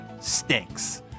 stinks